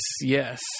yes